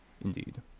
Indeed